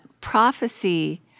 prophecy